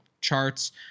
charts